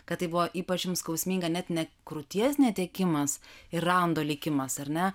kad tai buvo ypač jums skausminga net ne krūties netekimas ir rando likimas ar ne